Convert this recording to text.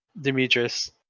Demetrius